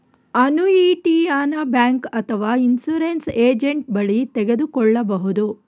ಅನುಯಿಟಿಯನ bank ಅಥವಾ insurance agent ಬಳಿ ತೆಗೆದುಕೊಳ್ಳಬಹುದು